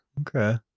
Okay